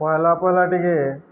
ପହଲା ପହଲା ଟିକେ